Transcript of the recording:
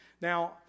Now